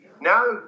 Now